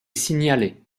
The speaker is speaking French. signalée